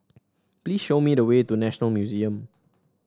please show me the way to National Museum